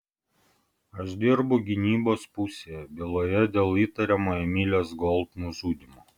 aš dirbu gynybos pusėje byloje dėl įtariamo emilės gold nužudymo